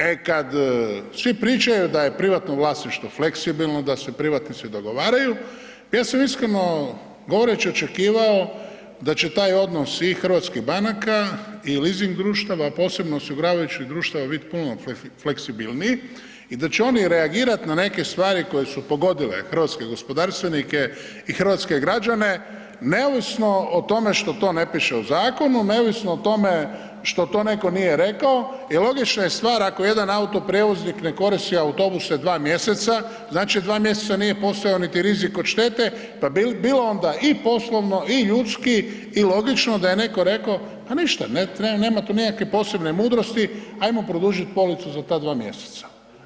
E, kad svi pričaju da je privatno vlasništvo fleksibilno, da se privatnici dogovaraju, ja sam iskreno govoreći očekivao da će taj odnos svih hrvatskih banaka i leasing društava, a posebno osiguravajućih društava, bit puno fleksibilniji i da će oni reagirat na neke stvari koje su pogodile hrvatske gospodarstvenike i hrvatske građane neovisno o tome što to ne piše u zakonu, neovisno o tome što to neko nije rekao i logična je stvar ako jedan autoprijevoznik ne koristi autobuse dva mjeseca, znači dva mjeseca nije postojao niti rizik od štete, pa bilo bi onda i poslovno i ljudski i logično da je neko reko, a ništa nema tu nikakve posebne mudrosti, ajmo produžit policu za ta 2 mjeseca.